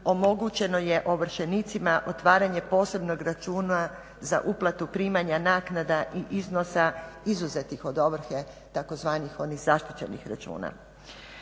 omogućeno je ovršenicima otvaranje posebnog računa za uplatu primanja naknada i iznosa izuzetih od ovrhe tzv. onih zaštićenih računa.